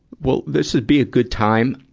well, this would be ah good time,